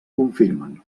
confirmen